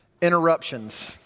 interruptions